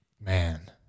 man